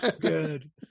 good